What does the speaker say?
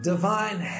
Divine